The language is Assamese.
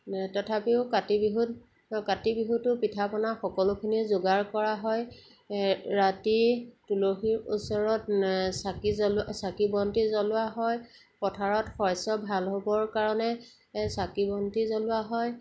তথাপিও কাতি বিহুত কাতি বিহুতো পিঠা পনা সকলোখিনি যোগাৰ কৰা হয় ৰাতি তুলসীৰ ওচৰত চাকি চাকি বন্তি জ্বলোৱা হয় পথাৰত শস্য ভাল হ'বৰ কাৰণে চাকি বন্তি জ্বলোৱা হয়